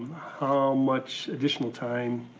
how much additional time,